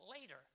later